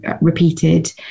repeated